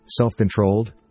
self-controlled